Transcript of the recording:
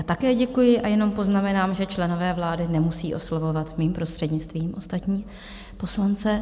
Také děkuji a jenom poznamenám, že členové vlády nemusí oslovovat mým prostřednictvím ostatní poslance.